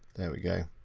there we go.